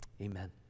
amen